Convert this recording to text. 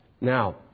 Now